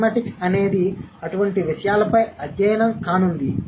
pragmatics అనేది అటువంటి విషయాలపై అధ్యయనం కానుంది